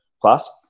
plus